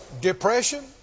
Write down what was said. Depression